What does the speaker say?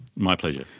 my pleasure.